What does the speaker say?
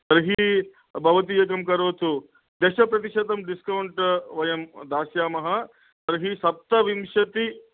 तर्हि भवती एकं करोतु दशप्रतिशतं डिस्कौण्ट् वयं दास्यामः तर्हि सप्तविंशतिः